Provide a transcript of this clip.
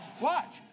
Watch